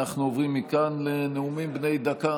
אנחנו עוברים מכאן לנאומים בני דקה.